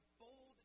bold